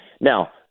now